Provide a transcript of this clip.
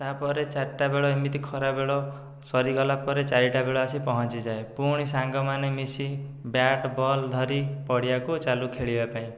ତା'ପରେ ଚାରିଟା ବେଳେ ଏମିତି ଖରା ବେଳ ସରିଗଲା ପରେ ଚାରିଟା ବେଳ ଆସି ପହଞ୍ଚି ଯାଏ ପୁଣି ସାଙ୍ଗମାନେ ମିଶି ବ୍ୟାଟ୍ ବଲ୍ ଧରି ପୁଣି ପଡ଼ିଆକୁ ଚାଲୁ ଖେଳିବା ପାଇଁ